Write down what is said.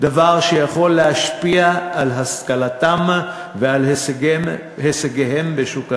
והדבר יכול להשפיע על השכלתם ועל הישגיהם בשוק העבודה".